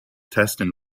testing